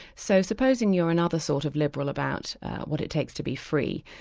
so supposing you're another sort of liberal about what it takes to be free,